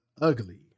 ugly